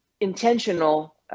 intentional